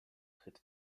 tritt